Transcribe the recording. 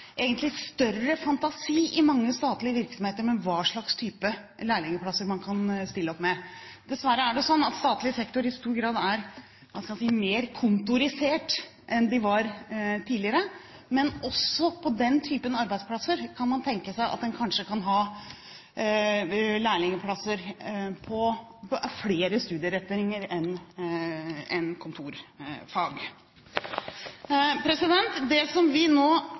egentlig kan ha større fantasi når det gjelder hva slags lærlingplasser man kan stille opp med. Dessverre er det slik at statlig sektor i stor grad er mer kontorisert enn den var tidligere. Men også på den typen arbeidsplasser kan man tenke seg at man kan ha lærlingplasser for flere studieretninger enn kontorfag. Det vi nå